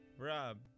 Rob